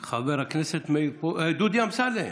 חבר הכנסת דודי אמסלם.